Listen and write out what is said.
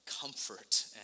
comfort